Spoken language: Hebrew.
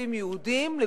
לגופים יהודיים,